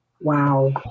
Wow